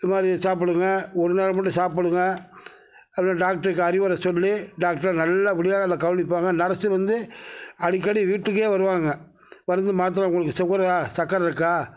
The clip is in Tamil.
இந்த மாதிரி சாப்பிடுங்க ஒரு நேரம் மட்டும் சாப்பிடுங்க அந்த டாக்டருக்கு அறிவுரை சொல்லி டாக்டரு நல்லப்படியாக கவனிப்பாங்க நர்ஸு வந்து அடிக்கடி வீட்டுக்கே வருவாங்க மருந்து மாத்தரை உங்களுக்கு சுகரா சக்கரை இருக்கா